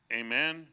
amen